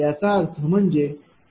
याचा अर्थ म्हणजे ≅1